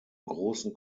großen